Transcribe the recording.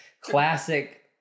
classic